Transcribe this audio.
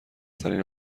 ترین